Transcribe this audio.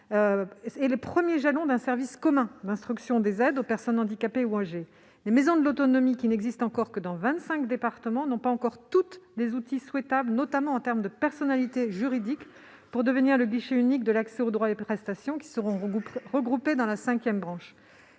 pose les premiers jalons d'un service commun d'instruction des aides aux personnes handicapées ou âgées. Les maisons de l'autonomie, qui n'existent pour l'instant que dans vingt-cinq départements, n'ont pas encore toutes les outils souhaitables, notamment en termes de personnalité juridique, pour devenir le guichet unique de l'accès aux droits et prestations qui seront regroupés dans la cinquième branche.